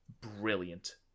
brilliant